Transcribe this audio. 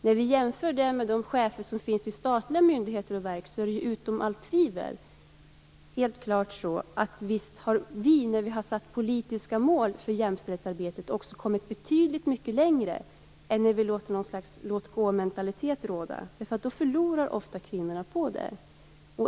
När vi jämför det med de chefer som finns i statliga myndigheter och verk är det utom allt tvivel helt klart så att vi, när vi har satt politiska mål för jämställdhetsarbetet, också har kommit betydligt mycket längre än när vi låter något slags låt-gåmentalitet råda. Kvinnorna förlorar ofta på det.